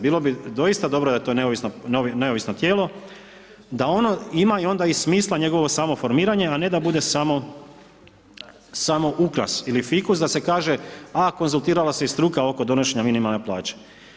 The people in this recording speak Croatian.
Bilo bi doista dobro da je to neovisno tijelo, da ono ima onda i smisla njegovo samo formiranje a ne da bude samo ukras ili fikus sa se kaže a konzultirala se i struka oko donošenja minimalne plaće.